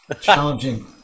challenging